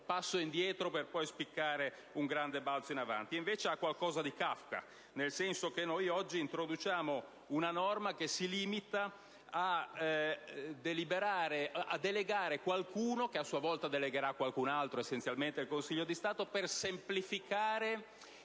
passo indietro per poi spiccare un grande balzo in avanti. Invece ha qualcosa di Kafka, nel senso che noi oggi introduciamo una norma che si limita a delegare qualcuno, che a sua volta delegherà qualcun altro - essenzialmente il Consiglio di Stato - per semplificare